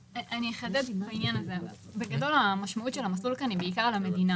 המשמעות של המסלול כאן היא בעיקר למדינה,